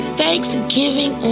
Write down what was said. thanksgiving